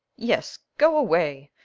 yes go away.